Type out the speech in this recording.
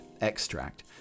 extract